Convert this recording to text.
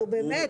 נו באמת.